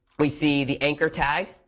we see the anchor tag.